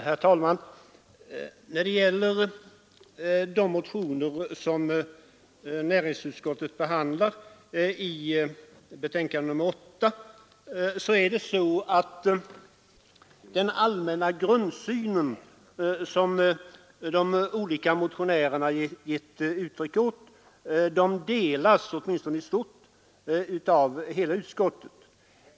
Herr talman! När det gäller de motioner som näringsutskottet behandlar i betänkandet nr 8 är det så att den allmänna grundsyn, som de olika motionärerna gett uttryck åt, delas — åtminstone i stort sett — av hela utskottet.